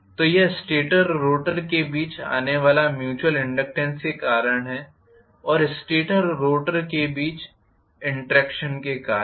तो यह स्टेटर और रोटर के बीच आने वाले म्यूचुअल इनडक्टेन्स के कारण है और स्टेटर और रोटर करेंट्स के बीच इंटरॅक्षन के कारण